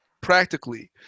practically